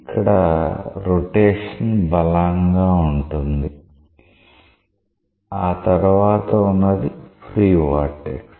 ఇక్కడ రొటేషన్ బలంగా ఉంటుంది ఆ తర్వాత ఉన్నది ఫ్రీ వొర్టెక్స్